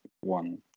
one